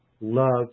love